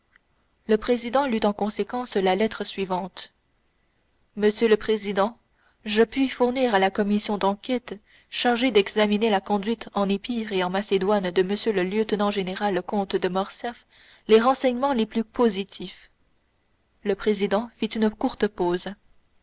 le président lut en conséquence la lettre suivante monsieur le président je puis fournir à la commission d'enquête chargée d'examiner la conduite en épire et en macédoine de m le lieutenant-général comte de morcerf les renseignements les plus positifs le président fit une courte pause